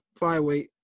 flyweight